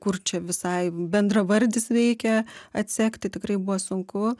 kur čia visai bendravardis veikia atsekti tikrai buvo sunku